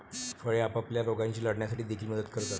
फळे आपल्याला रोगांशी लढण्यासाठी देखील मदत करतात